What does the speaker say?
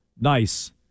Nice